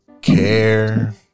care